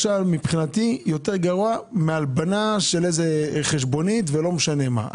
מבחינתי זה למשל יותר גרוע מהלבנה של איזו חשבונית ולא משנה מה.